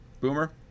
Boomer